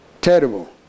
terrible